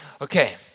Okay